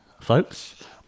folks